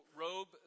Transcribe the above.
robe